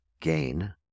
gain